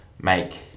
make